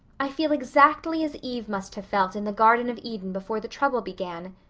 i feel exactly as eve must have felt in the garden of eden before the trouble began.